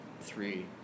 three